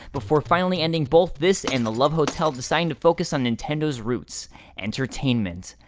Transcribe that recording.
before finally ending both this and the love hotel deciding to focus on nintendo's roots entertainment.